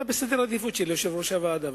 אלא בגלל סדר העדיפויות של יושב-ראש הוועדה.